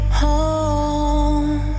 home